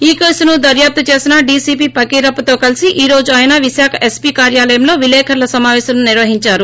ఈ కేసును దర్యాప్తు చేసిన డిసిపి పకీరప్పతో కలిసి ఈ రోజు ఆయన విశాఖ ఎస్పీ కార్యాలయంలో విలేకర్ణ సమాపేశం నిర్వహిందారు